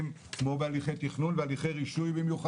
צריך אחת ולתמיד לגעת בזה.